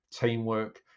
teamwork